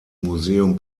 museum